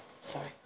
Sorry